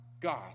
God